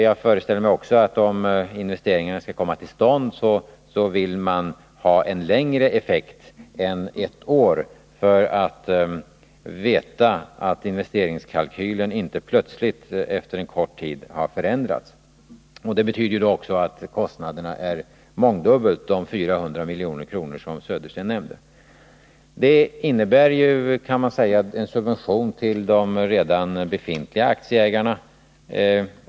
Jag föreställer mig också att man för att investeringarna skall komma till stånd vill ha en längre effekt än ett år för att veta att investeringskalkylen inte plötsligt efter en kort tid har förändrats. Men det betyder också att kostnaderna är mångdubbelt de 400 milj.kr. som Bo Södersten nämnde. Det innebär, kan man säga, en subvention till de redan befintliga aktieägarna.